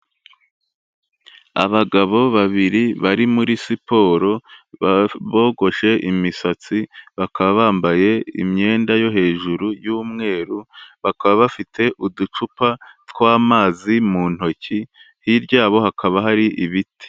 Abagabo babiri bari muri siporo bogoshe imisatsi, bakaba bambaye imyenda yo hejuru y'umweru, bakaba bafite uducupa tw'amazi mu ntoki, hirya yabo hakaba hari ibiti.